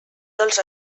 dels